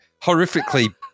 horrifically